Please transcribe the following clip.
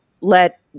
let